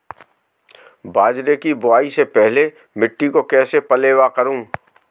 बाजरे की बुआई से पहले मिट्टी को कैसे पलेवा करूं?